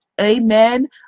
Amen